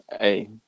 Hey